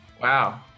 Wow